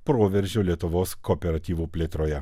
proveržio lietuvos kooperatyvų plėtroje